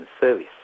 service